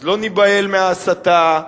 אז לא ניבהל מההסתה,